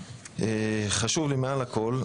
חשוב מעל הכול,